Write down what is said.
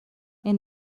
این